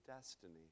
destiny